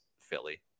Philly